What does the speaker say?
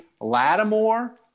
Lattimore